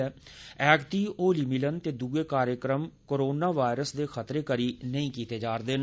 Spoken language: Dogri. ऐगती होली मिलन ते दुए कार्यक्रम कोरोना वायरस दे खतरे करी नेई कीते जा'रदे न